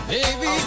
Baby